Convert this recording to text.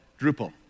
Drupal